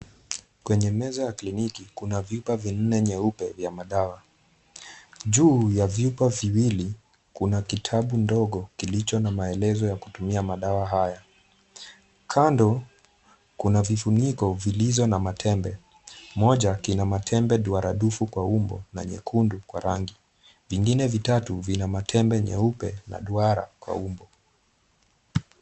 Kwenye meza ya kliniki kuna vyupa vinne nyeupe vya madawa. Juu ya vyupa viwili, kuna kitabu ndogo kilicho na maelezo ya kutumia madawa haya. Kando, kuna vifuniko vilizo na matembe, moja kina matembe duara dufu kwa umbo, na nyekundu kwa rangi, vingine vitatu vina matembe nyeupe, na duara kwa umbo.